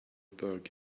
bug